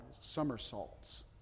somersaults